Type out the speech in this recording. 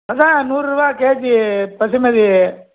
அதான் நூறுபா கேஜி பாசுமதி